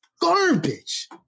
garbage